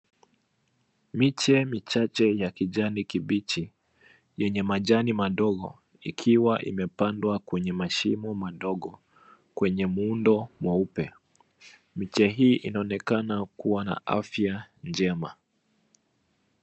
Miche michache ya kijani kibichi yenye majani madogo ikiwa imepandwa kwenye mashimo madogo kwenye muundo weupe ,miche hii inaonekana kuwa na afya njema.